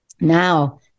now